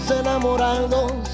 enamorados